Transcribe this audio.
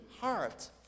heart